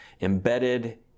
embedded